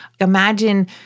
Imagine